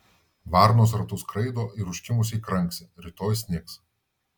varnos ratu skraido ir užkimusiai kranksi rytoj snigs